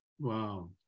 wow